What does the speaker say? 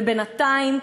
ובינתיים,